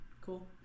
cool